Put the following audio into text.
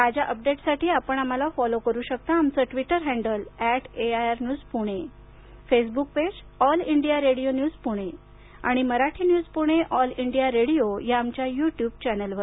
ताज्या अपडेट्ससाठी आपण आम्हाला फॉलो करु शकता आमचं Twitter handle at AIR news Pune Facebook page All India Radio news Pune आणि Marathi news Pune All India Radio या आमच्या युट्युब चॅनेलवर